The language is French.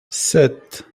sept